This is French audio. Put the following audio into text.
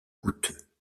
coûteux